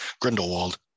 Grindelwald